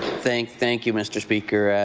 thank thank you, mr. speaker.